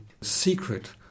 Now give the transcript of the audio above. secret